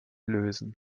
lösen